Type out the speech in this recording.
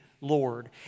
Lord